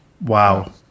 Wow